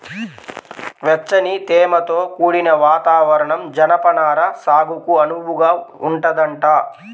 వెచ్చని, తేమతో కూడిన వాతావరణం జనపనార సాగుకు అనువుగా ఉంటదంట